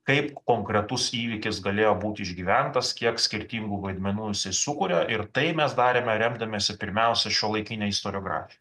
kaip konkretus įvykis galėjo būt išgyventas kiek skirtingų vaidmenų jisai sukuria ir tai mes darėme remdamiesi pirmiausia šiuolaikine istoriografi